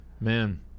man